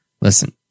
Listen